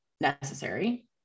necessary